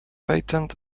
patent